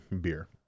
beer